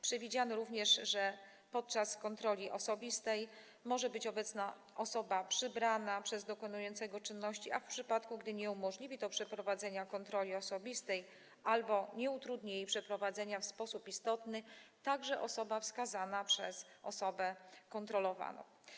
Przewidziano również, że podczas kontroli osobistej może być obecna osoba przybrana przez dokonującego czynności, a w przypadku gdy nie uniemożliwi to przeprowadzenia kontroli osobistej albo nie utrudni jej przeprowadzenia w sposób istotny, także osoba wskazana przez osobę kontrolowaną.